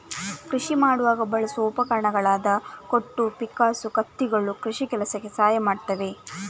ಕೃಷಿ ಮಾಡುವಾಗ ಬಳಸುವ ಉಪಕರಣಗಳಾದ ಕೊಟ್ಟು, ಪಿಕ್ಕಾಸು, ಕತ್ತಿಗಳು ಕೃಷಿ ಕೆಲಸಕ್ಕೆ ಸಹಾಯ ಮಾಡ್ತವೆ